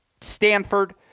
Stanford